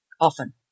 often